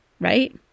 right